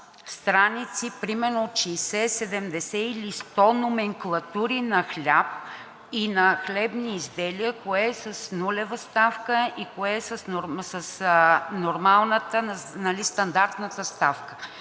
страници, например от 60 – 70 или 100 номенклатури на хляб и хлебни изделия кое е с нулева ставка и кое е с нормалата, стандартната ставка.